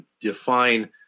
define